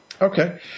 Okay